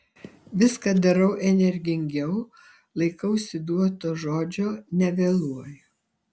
viską darau energingiau laikausi duoto žodžio nevėluoju